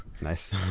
Nice